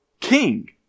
king